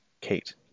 Kate